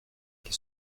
qui